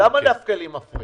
למה דווקא לי מפריעים?